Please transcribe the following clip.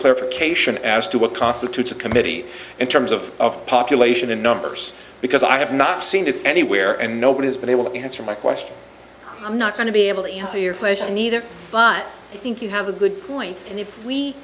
clarification as to what constitutes a committee in terms of population in numbers because i have not seen it anywhere and nobody has been able to answer my question i'm not going to be able to answer your question either but i think you have a good point and if we